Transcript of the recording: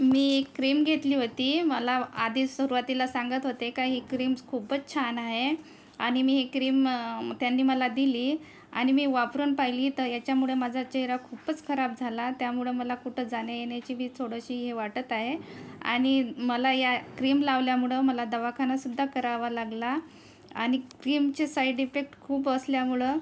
मी एक क्रीम घेतली होती मला आधी सुरुवातीला सांगत होते का ही क्रीम खूपच छान आहे आणि मी ही क्रीम त्यांनी मला दिली आणि मी वापरून पाइली तर याच्यामुळे माझा चेहरा खूपच खराब झाला त्यामुळे मला कुठे जाण्यायेण्याचीबी थोडीशी हे वाटत आहे आणि मला या क्रीम लावल्यामुळं मला दवाखानासुद्धा करावा लागला आणि क्रीमचे साईड इफेक्ट खूप असल्यामुळं